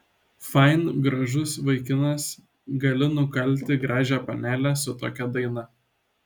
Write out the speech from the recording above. fain gražus vaikinas gali nukalti gražią panelę su tokia daina